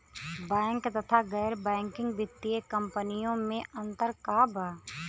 Bank तथा गैर banking वित्तीय कम्पनीयो मे अन्तर का बा?